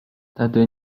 tedy